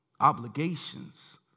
obligations